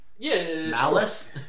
Malice